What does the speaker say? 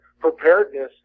preparedness